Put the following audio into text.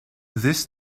this